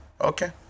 Okay